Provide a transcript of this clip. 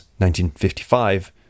1955